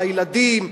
על הילדים,